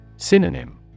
Synonym